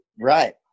right